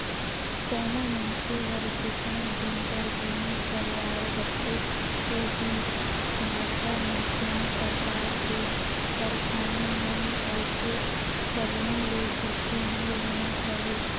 कहो मइनसे हर जेतना दिन बर बीमा करवाये रथे ओ बीच माझा मे कोनो परकार के परसानी नइ आइसे तभो ले दुखी नइ होना चाही